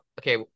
okay